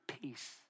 Peace